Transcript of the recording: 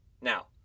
Now